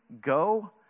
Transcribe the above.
go